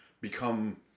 become